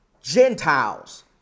Gentiles